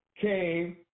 came